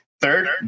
Third